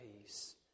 peace